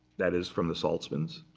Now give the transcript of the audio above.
that is from the saltzmans.